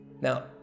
Now